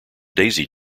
daisy